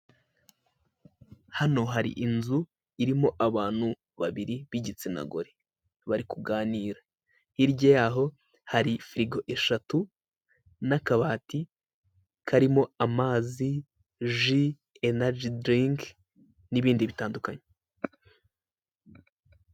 Hano hari inzu irimo abantu babiri b'igitsina gore, bari kuganira hirya yaho hari firigo eshatu n'akabati, karimo amazi, ji, inaji dirinki, nibindi bitandukanye.